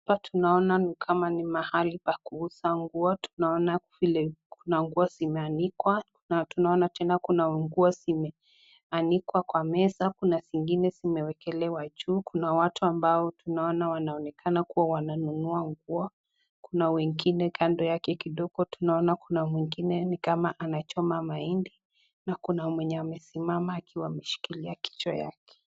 Hapa tunaona ni kama ni mahali pa kuuza nguo. Tunaona vile Kuna nguo zimeanikwa na tunaona tena Kuna nguo zimeanikwa kwa meza, Kuna zingine zimewekelewa juu. Kuna watu ambao tunaona wanaonekana kuwa wananunua nguo, kuna wengine kando yake kidogo, tunaona Kuna mwingine nikama anachoma mahindi na Kuna mwenye amesimama akiwa ameshikilia kichwa yake.